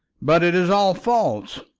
but it is all false.